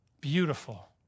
Beautiful